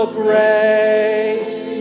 grace